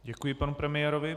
Děkuji panu premiérovi.